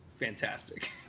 fantastic